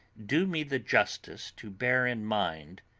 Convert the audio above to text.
do me the justice to bear in mind,